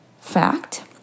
fact